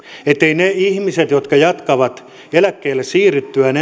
etteivät ne ihmiset jotka jatkavat eläkkeelle siirryttyään